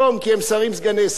כי הם שרים וסגני שרים,